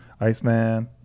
Iceman